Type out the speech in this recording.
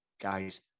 Guys